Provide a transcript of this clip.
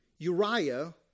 Uriah